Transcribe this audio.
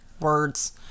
words